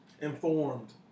informed